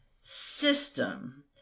system